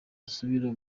gusubira